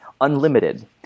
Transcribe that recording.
unlimited